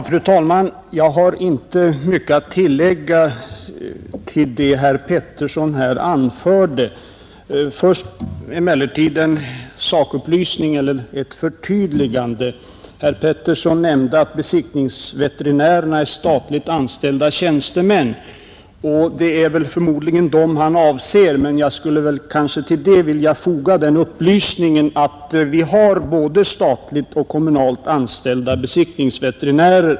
Fru talman! Jag har inte mycket att tillägga till vad herr Pettersson här anförde. Först emellertid ett förtydligande. Herr Pettersson nämnde att besiktningsveterinärerna är statligt anställda tjänstemän, och det är väl de statligt anställda han avser. Men jag vill tillfoga den upplysningen att vi har både statligt och kommunalt anställda besiktningsveterinärer.